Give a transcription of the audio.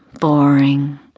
boring